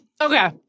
okay